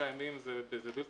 שנה זה זמן